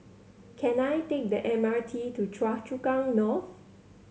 can I take the M R T to Choa Chu Kang North